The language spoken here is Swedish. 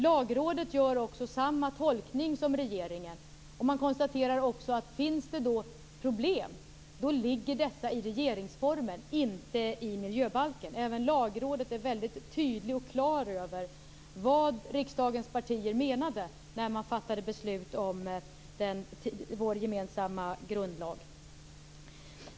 Lagrådet gör också samma tolkning som regeringen. Man konstaterar också att om det finns problem så ligger dessa i regeringsformen och inte i miljöbalken. Även för Lagrådet är det väldigt tydligt och klart vad riksdagens partier menade när de fattade beslut om vår gemensamma grundlag.